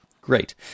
Great